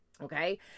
Okay